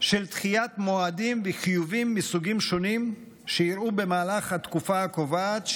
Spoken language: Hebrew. של דחיית מועדים בחיובים מסוגים שונים שאירעו במהלך התקופה הקובעת,